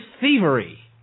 thievery